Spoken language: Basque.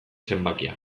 zenbakia